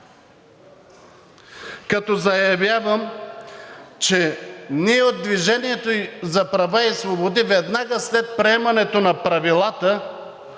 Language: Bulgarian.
като заявявам, че ние от „Движение за права и свободи“ веднага след приемането на Правилата